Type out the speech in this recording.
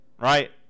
right